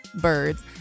birds